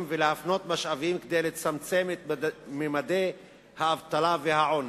ולהפנות משאבים כדי לצמצם את ממדי האבטלה והעוני.